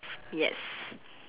yes